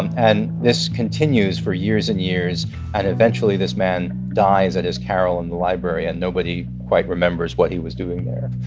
and and this continues for years and years and eventually this man dies at his carrel in the library, and nobody quite remembers what he was doing there.